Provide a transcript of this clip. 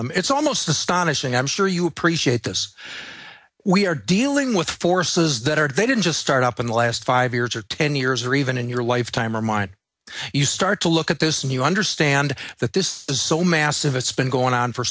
them it's almost astonishing i'm sure you appreciate this we are dealing with forces that are they didn't just start up in the last five years or ten years or even in your lifetime or mine you start to look at this and you understand that this is so massive it's been going on for